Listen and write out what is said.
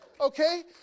Okay